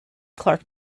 clarke